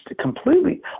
completely